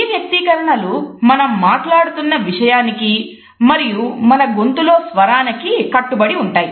ఈ వ్యక్తీకరణలు మనం మాట్లాడుతున్న విషయానికి మరియు మన గొంతులో స్వరానికి కట్టుబడి ఉంటాయి